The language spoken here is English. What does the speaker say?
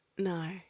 No